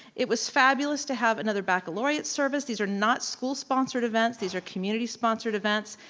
it was fabulous to have another baccalaureate service. these are not school-sponsored events. these are community-sponsored events.